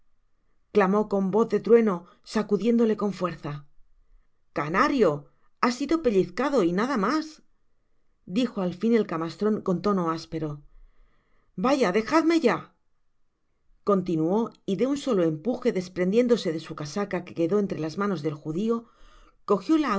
clamó con voz de trueno y sacudiéndole con fuerza canario ha sido pellizcado y nada mas dijo al fin el camastron con tono ásperoyaya dejadme ya continuó y de un solo empuje desprendiéndose de su casaca que quedó entre las manos del judio cojió la